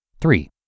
Three